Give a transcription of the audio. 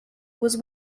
was